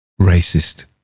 racist